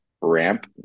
ramp